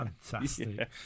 fantastic